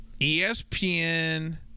ESPN